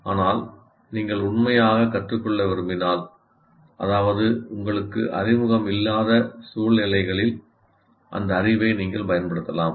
ஆனால் நீங்கள் உண்மையாக கற்றுக்கொள்ள விரும்பினால் அதாவது உங்களுக்கு அறிமுகமில்லாத சூழ்நிலைகளில் அந்த அறிவை நீங்கள் பயன்படுத்தலாம்